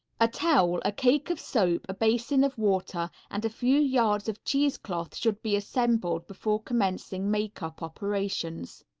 a towel, a cake of soap, a basin of water and a few yards of cheese cloth should be assembled before commencing makeup operations.